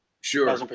sure